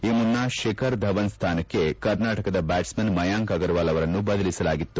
ಈ ಮುನ್ನ ಶಿಖರ್ ಶ ಧವನ್ ಸ್ವಾನಕ್ಕೆ ಕರ್ನಾಟಕದ ಬ್ಯಾಟ್ಸ್ಮನ್ ಮಾಂಯಾಂಕ್ ಅಗರವಾಲ್ ಅವರನ್ನು ಬದಲಿಸಲಾಗಿತ್ತು